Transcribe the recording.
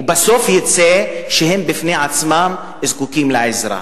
ובסוף יצא שהם עצמם זקוקים לעזרה.